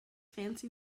fancy